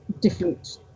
different